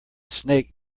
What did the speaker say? snake